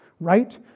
Right